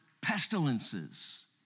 pestilences